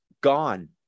gone